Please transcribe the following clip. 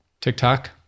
TikTok